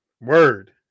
word